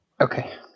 Okay